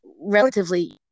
relatively